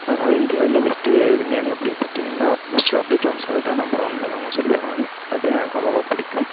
அதனால் இந்தியாவில் பெஸ்ட்டு விஞ்ஞானி அப்படின்னு பார்த்தீங்கன்னா மிஸ்டர் அப்துல் கலாம் சார் தான் நம்பர் ஒன்றுன்னு நாங்கள் சொல்லுவேன் நான் அதுதான் எனக்கு ரொம்ப ரொம்ப பிடிக்கும்